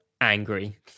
angry